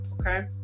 okay